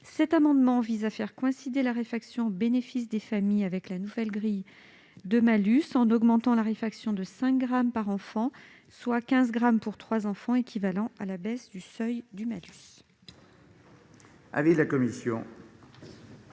Cet amendement vise à faire coïncider la réfaction au bénéfice des familles avec la nouvelle grille de malus, en l'augmentant de cinq grammes par enfant, soit quinze grammes pour trois enfants, ce qui équivaut à l'abaissement du seuil du malus.